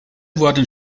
wurden